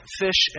fish